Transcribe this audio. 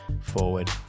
forward